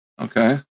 Okay